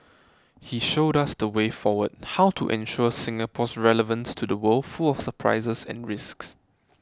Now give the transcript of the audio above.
he showed us the way forward how to ensure Singapore's relevance to the world full of surprises and risks